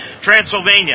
Transylvania